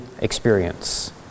experience